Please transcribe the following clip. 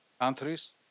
countries